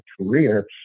career